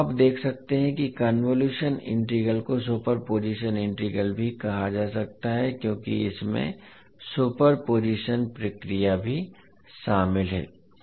तो अब आप देख सकते हैं कि कन्वोलुशन इंटीग्रल को सुपर पोजिशन इंटीग्रल भी कहा जा सकता है क्योंकि इसमें सुपर पोजिशन प्रक्रिया भी शामिल है